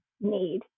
need